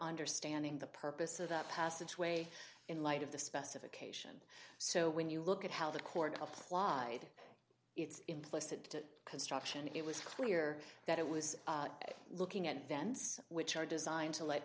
understanding the purpose of that passage way in light of the specification so when you look at how the court applied its implicit construction it was clear that it was looking at events which are designed to let